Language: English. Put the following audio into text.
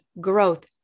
growth